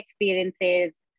experiences